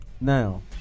Now